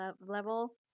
level